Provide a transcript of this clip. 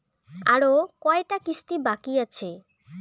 আরো কয়টা কিস্তি বাকি আছে?